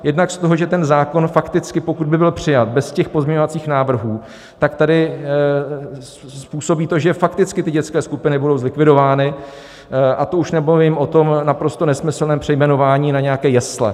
Jednak z toho, že ten zákon fakticky, pokud by byl přijat bez těch pozměňovacích návrhů, tak tady způsobí to, že fakticky ty dětské skupiny budou zlikvidovány, a to už nemluvím o tom naprosto nesmyslném přejmenování na nějaké jesle.